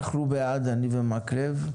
אנחנו בעד, אני ומקלב.